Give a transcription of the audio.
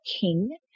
King